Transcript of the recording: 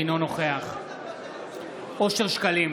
אינו נוכח אושר שקלים,